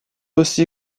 aussi